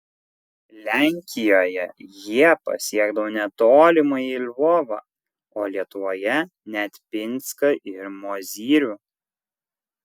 lenkijoje jie pasiekdavo net tolimąjį lvovą o lietuvoje net pinską ir mozyrių